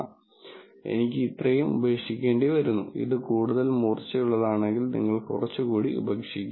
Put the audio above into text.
എനിക്ക് ഇത്രയും ഉപേക്ഷിക്കേണ്ടിവരുന്നു ഇത് കൂടുതൽ മൂർച്ചയുള്ളതാണെങ്കിൽ നിങ്ങൾ കുറച്ചുകൂടി ഉപേക്ഷിക്കുക